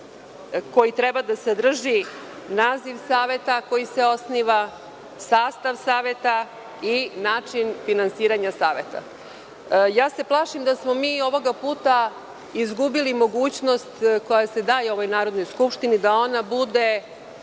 koji treba da sadrži naziv saveta koji se osniva, sastav saveta i način finansiranja saveta dostavi. Plašim se da smo mi ovog puta izbili mogućnost koja se daje ovoj Narodnoj skupštini da ona bude